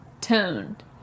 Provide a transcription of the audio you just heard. Toned